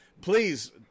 Please